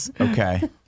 Okay